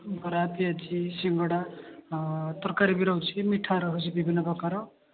ବରା ପିଆଜି ସିଙ୍ଗଡ଼ା ତରକାରୀ ବି ରହୁଛି ମିଠା ରହୁଛି ବିଭିନ୍ନ ପ୍ରକାର